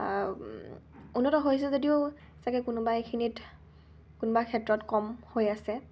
উন্নত হৈছে যদিও চাগে কোনোবা এখিনিত কোনোবা ক্ষেত্ৰত কম হৈ আছে